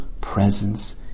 presence